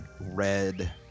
red